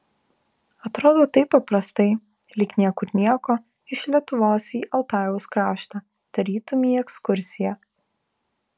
atrodo taip paprastai lyg niekur nieko iš lietuvos į altajaus kraštą tarytum į ekskursiją